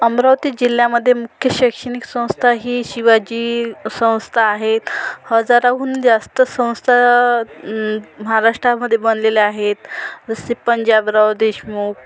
अमरावती जिल्ह्यामध्ये मुख्य शैक्षणिक संस्था ही शिवाजी संस्था आहे हजाराहून जास्त संस्था महाराष्ट्रामध्ये बनलेल्या आहेत जसे पंजाबराव देशमुख